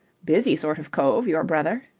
busy sort of cove, your brother.